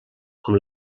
com